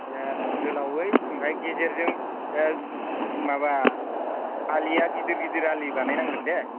गोलावै ओमफ्राय गेजेरजों माबा आलिया गिदिर गिदिर आलि बानाय नांगोनदे